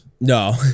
No